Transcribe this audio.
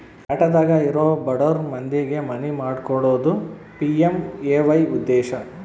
ಪ್ಯಾಟಿದಾಗ ಇರೊ ಬಡುರ್ ಮಂದಿಗೆ ಮನಿ ಮಾಡ್ಕೊಕೊಡೋದು ಪಿ.ಎಮ್.ಎ.ವೈ ಉದ್ದೇಶ